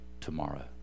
tomorrow